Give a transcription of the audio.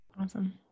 Awesome